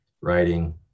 writing